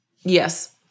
Yes